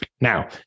Now